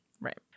Right